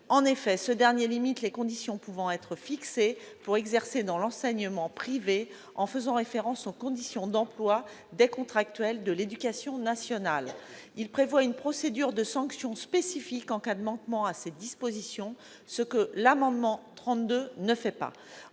En effet, ce dernier tend à limiter les conditions pouvant être requises pour exercer dans l'enseignement privé en faisant référence aux conditions d'emploi des contractuels de l'éducation nationale. Il prévoit une procédure de sanction spécifique en cas de manquement à cette disposition, contrairement à l'amendement n° 32.